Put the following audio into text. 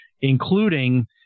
including